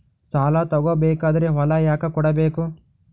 ಸಾಲ ತಗೋ ಬೇಕಾದ್ರೆ ಹೊಲ ಯಾಕ ಕೊಡಬೇಕು?